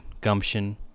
gumption